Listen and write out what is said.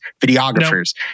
videographers